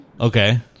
Okay